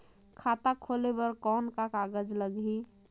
खाता खोले बर कौन का कागज लगही?